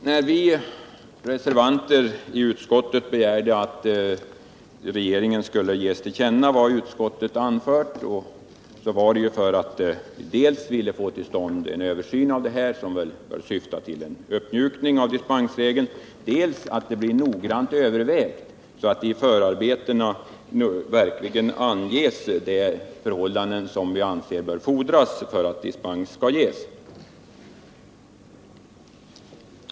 När vi reservanter i utskottet begärde att riksdagen skulle ge regeringen till känna vad utskottet anfört, så var det för att vi ville få till stånd en översyn som bör syfta till en uppmjukning av dispensregeln. Det hela bör också noggrant övervägas, så att i förarbetena verkligen anges de förhållanden som enligt vår mening fordras för att dispens skall ges.